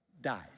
dies